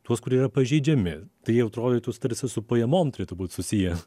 tuos kurie yra pažeidžiami tai jie atrodytų tarsi su pajamom turėtų būt susiję